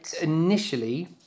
initially